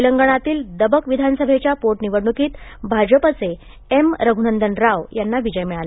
तेलंगणातील दबक विधानसभेच्या पोटनिवडणूकत भाजपाचे एम रघुनंदन राव यांना विजय मिळाला